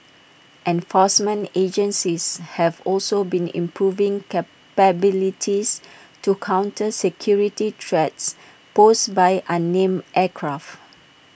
enforcement agencies have also been improving capabilities to counter security threats posed by uname aircraft